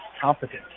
competent